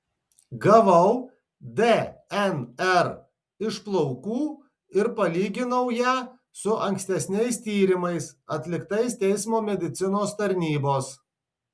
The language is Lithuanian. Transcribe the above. gavau dnr iš plaukų ir palyginau ją su ankstesniais tyrimais atliktais teismo medicinos tarnybos